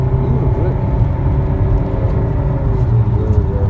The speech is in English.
you have written um in your